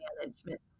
management